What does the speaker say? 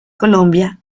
colombia